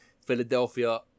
Philadelphia